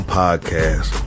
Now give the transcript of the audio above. podcast